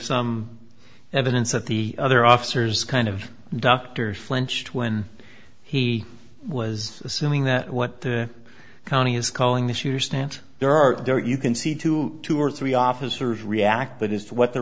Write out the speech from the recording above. some evidence that the other officers kind of doctors flinched when he was assuming that what the county is calling the shooter stance there are there you can see two two or three officers react but is that what the